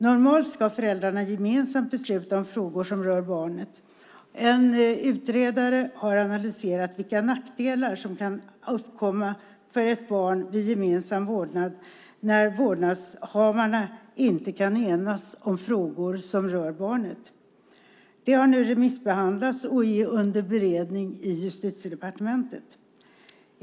Normalt ska föräldrarna gemensamt besluta om frågor som rör barnet. En utredare har analyserat vilka nackdelar som kan uppkomma för ett barn vid gemensam vårdnad när vårdnadshavarna inte kan enas om frågor som rör barnet. Det har nu remissbehandlats och är under beredning i Justitiedepartementet.